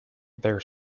their